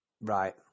Right